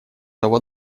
того